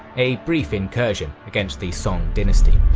a brief incursion against the song dynasty.